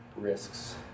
risks